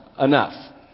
enough